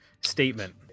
statement